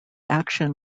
action